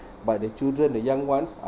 but the children the young ones are